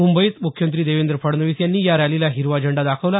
मुंबईत मुख्यमंत्री देवेंद्र फडणवीस यांनी या रॅलीला हिरवा झेंडा दाखवला